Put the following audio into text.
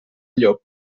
llop